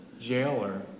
jailer